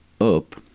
up